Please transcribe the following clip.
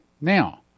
Now